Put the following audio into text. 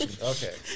Okay